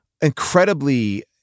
incredibly